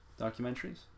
documentaries